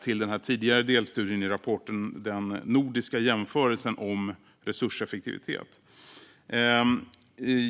till den tidigare delstudien i rapporten, det vill säga den nordiska jämförelsen av resurseffektivitet.